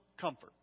comfort